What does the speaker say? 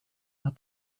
hat